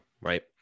right